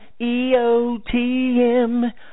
EOTM